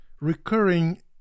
recurring